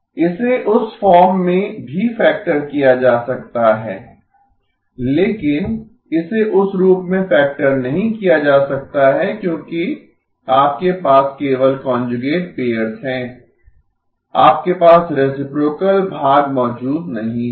" इसे उस फॉर्म में भी फैक्टर किया जा सकता है लेकिन इसे उस रूप में फैक्टर नहीं किया जा सकता है क्योंकि आपके पास केवल कांजुगेट पेयर्स हैं आपके पास रेसिप्रोकल भाग मौजूद नहीं है